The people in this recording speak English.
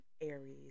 Aries